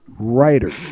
writers